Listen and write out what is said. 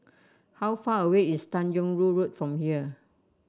how far away is Tanjong Rhu Road from here